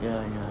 ya ya